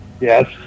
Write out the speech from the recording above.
Yes